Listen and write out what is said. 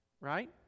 Right